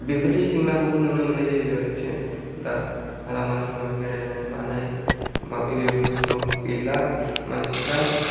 बेफोरनि जेंनाखौबो नुनो मोननाय जायो आरोखि दा लामा सामा बेरायनाय मानाय मा खस्थ' गैला मानसिफ्रा